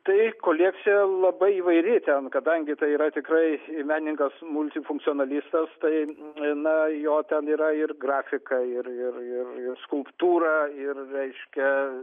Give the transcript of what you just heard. tai kolekcija labai įvairi ten kadangi tai yra tikrai menininkas multifunkcionalistas tai na jo ten yra ir grafika ir ir ir ir skulptūra ir reiškia